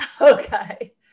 okay